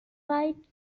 wide